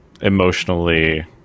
emotionally